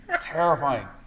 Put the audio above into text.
terrifying